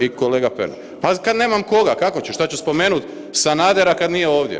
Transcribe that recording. I kolega Pernar. ... [[Upadica se ne čuje.]] pa kad nemam koga, kako ću, što ću spomenuti Sanadera kad nije ovdje?